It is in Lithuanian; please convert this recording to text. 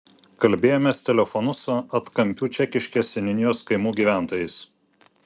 kalbėjomės telefonu su atkampių čekiškės seniūnijos kaimų gyventojais